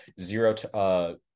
zero